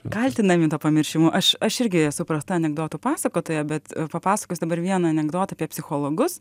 kaltinami tuo pamiršimu aš aš irgi esu prasta anekdotų pasakotoja bet papasakosiu dabar vieną anekdotą apie psichologus